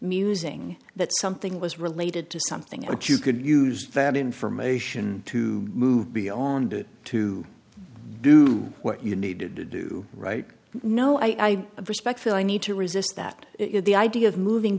employees musing that something was related to something about you could use that information to move beyond it to do what you need to do right know i respect feel i need to resist that the idea of moving